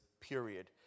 period